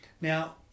Now